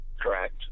Correct